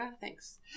Thanks